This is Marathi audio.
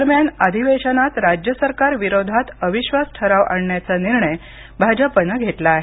दरम्यान अधिवेशनात राज्य सरकारविरोधात अविश्वास ठराव आणण्याचा निर्णय भाजपनं घेतला आहे